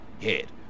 head